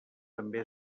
també